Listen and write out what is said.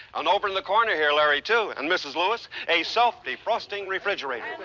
and over in the corner here, larry, too, and mrs. lewis, a self-defrosting refrigerator.